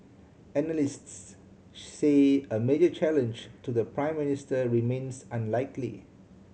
analysts say a major challenge to the Prime Minister remains unlikely